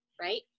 right